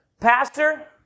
Pastor